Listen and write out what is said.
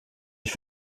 ich